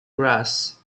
grass